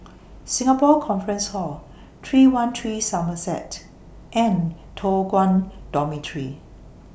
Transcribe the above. Singapore Conference Hall three one three Somerset and Toh Guan Dormitory